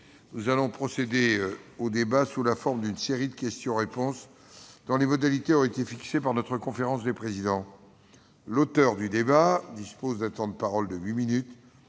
Nous allons procéder au débat sous la forme d'une série de questions-réponses dont les modalités ont été fixées par la conférence des présidents. Je rappelle que l'auteur du débat disposera d'un temps de parole de huit minutes